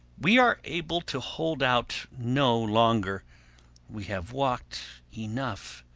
we are able to hold out no longer we have walked enough.